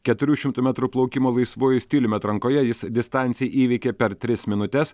keturių šimtų metrų plaukimo laisvuoju stiliumi atrankoje jis distanciją įveikė per tris minutes